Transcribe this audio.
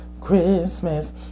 Christmas